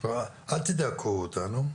אל תדכאו אותנו.